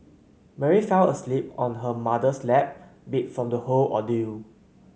Mary fell asleep on her mother's lap beat from the whole ordeal